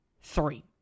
Three